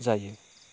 जायो